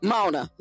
Mona